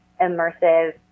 immersive